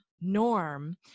norm